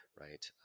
right